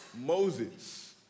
Moses